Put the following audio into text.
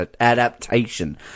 adaptation